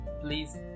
please